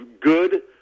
good